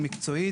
מקצועית,